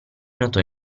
notò